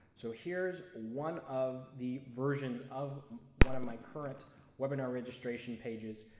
so here is one of the versions of one of my current webinars registration pages.